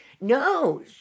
No